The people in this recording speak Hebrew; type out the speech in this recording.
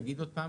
תגיד עוד פעם.